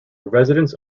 residents